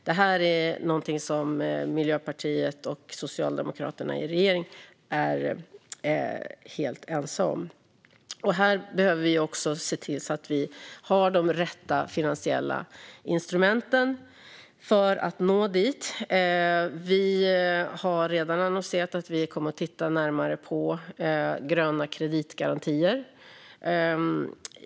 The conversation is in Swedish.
Det här är någonting som Miljöpartiet och Socialdemokraterna i regeringen är helt ense om. Vi behöver se till att ha de rätta finansiella instrumenten för att nå dit. Vi har redan annonserat att vi kommer att titta närmare på gröna kreditgarantier.